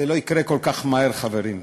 זה לא יקרה כל כך מהר, חברים.